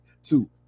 Two